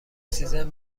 سیزن